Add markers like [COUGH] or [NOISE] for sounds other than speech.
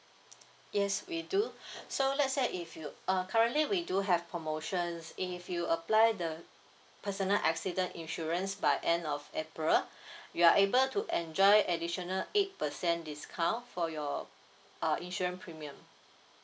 yes we do [BREATH] so let's say if you uh currently we do have promotions if you apply the personal accident insurance by end of april [BREATH] you are able to enjoy additional eight percent discount for your uh insurance premium